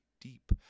deep